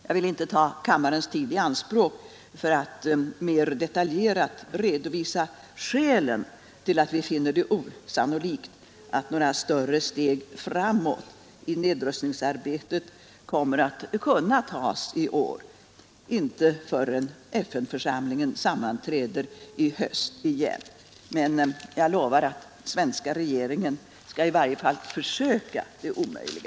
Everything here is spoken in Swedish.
Jag vill inte ta kammarens tid i anspråk för att mer detaljerat redovisa skälen till att vi finner det osannolikt att några större steg framåt i nedrustningsarbetet kommer att kunna tas i år — i varje fall inte förrän FN sammanträder i höst igen —, men jag lovar att den svenska regeringen i varje fall skall försöka det omöjliga.